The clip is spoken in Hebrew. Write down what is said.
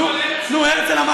הרצל אמר